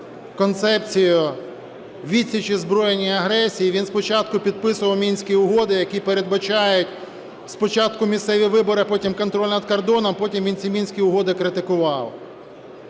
він спочатку підписував Мінські угоди, які передбачають спочатку місцеві вибори, а потім – контроль над кордоном, а потім він ці Мінські угоди критикував.